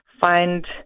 find